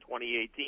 2018